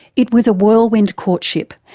it was a whirlwind courtship,